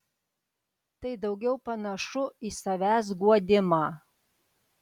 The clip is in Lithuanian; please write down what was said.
tai daugiau panašu į savęs guodimą